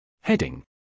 Heading